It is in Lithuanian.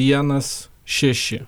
vienas šeši